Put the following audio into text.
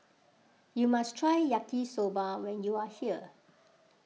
you must try Yaki Soba when you are here